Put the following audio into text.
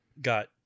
got